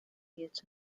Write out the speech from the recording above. yet